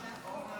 השר שלמה קרעי.